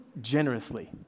generously